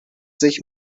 sich